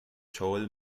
joel